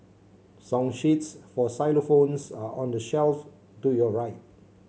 song sheets for xylophones are on the shelf to your right